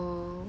oh